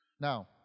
Now